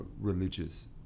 religious